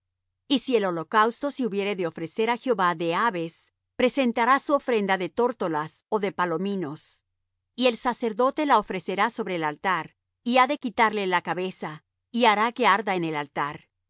y si el holocausto se hubiere de ofrecer á jehová de aves presentará su ofrenda de tórtolas ó de palominos y el sacerdote la ofrecerá sobre el altar y ha de quitarle la cabeza y hará que arda en el altar